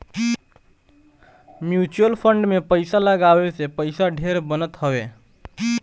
mutual fund में पईसा लगावे से पईसा ढेर बनत हवे